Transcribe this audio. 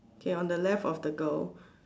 K on the left of the girl